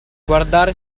guardare